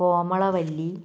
Komalavalli